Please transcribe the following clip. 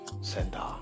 center